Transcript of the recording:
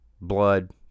blood